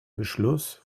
beschluss